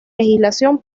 legislación